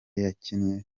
yakinnye